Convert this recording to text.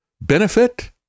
benefit